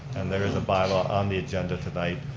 and there is a bylaw on the agenda tonight,